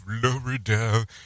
florida